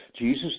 Jesus